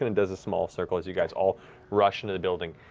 and does a small circle as you guys all rush into the building.